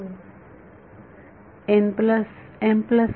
विद्यार्थी होय